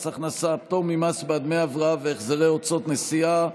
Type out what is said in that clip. מס הכנסה (פטור ממס בעד דמי הבראה והחזרי הוצאות נסיעה),